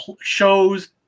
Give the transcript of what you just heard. shows